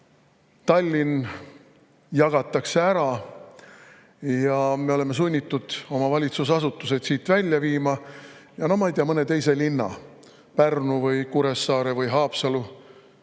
Tallinn jagataks ära, me oleksime sunnitud oma valitsusasutused siit välja viima ja mõne teise linna, Pärnu, Kuressaare või Haapsalu